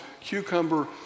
cucumber